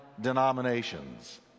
denominations